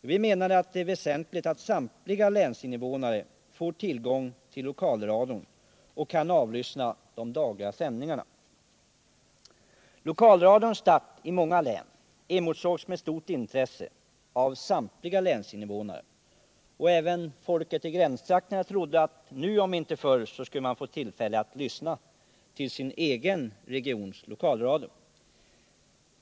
Jo, vi framförde att det är högst väsentligt att samtliga länsinvånare får tillgång till lokalradion och kan avlyssna de dagliga sändningarna. Lokalradions start i många län emotsågs med stort intresse av samtliga länsinvånare — även folket i länens gränstrakter trodde att man nu om inte förr skulle få tillfälle att lyssna till sin egen regions radio.